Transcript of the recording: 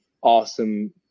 awesome